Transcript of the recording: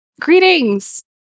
greetings